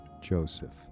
Joseph